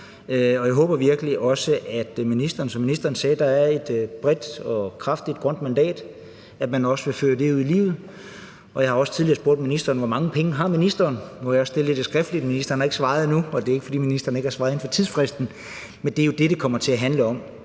Jeg håber virkelig også, at ministeren vil føre det brede og kraftige grønne mandat, som ministeren sagde der er, ud i livet. Jeg har også tidligere spurgt ministeren, hvor mange penge ministeren har. Nu har jeg også stillet det skriftligt. Ministeren har ikke svaret endnu, og det er ikke, fordi ministeren ikke har svaret inden for tidsfristen. Men det er jo det, det kommer til at handle om.